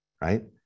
right